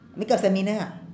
makeup seminar ha